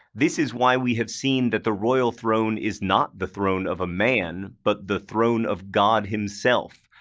this is why we have seen that the royal throne is not the throne of a man, but the throne of god himself.